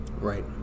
Right